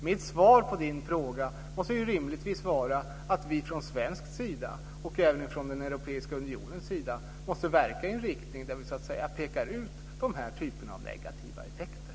Mitt svar på Tassos fråga måste rimligtvis vara att vi från svensk sida - och även från den europeiska unionens sida - ska verka i en riktning där vi pekar ut de här typerna av negativa effekter.